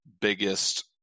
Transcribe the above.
biggest